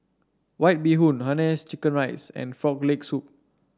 White Bee Hoon Hainanese Chicken Rice and Frog Leg Soup